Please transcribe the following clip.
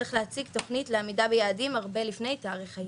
צריך להציג תוכנית לעמידה ביעדים הרבה לפני תאריך היעד.